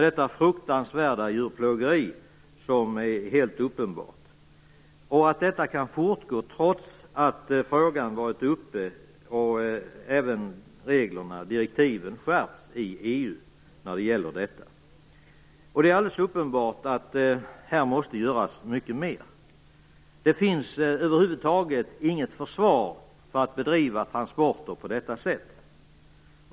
Det fruktansvärda djurplågeriet är helt uppenbart. Det kan fortgå trots att frågan varit uppe och trots att reglerna - direktiven - skärpts i EU. Det är alldeles uppenbart att det måste göras mycket mer. Det finns över huvud taget inget försvar för att bedriva transporter på detta sätt.